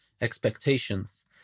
expectations